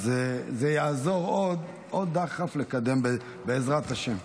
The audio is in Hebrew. זה יעזור עוד, עוד דחף לקדם, בעזרת השם.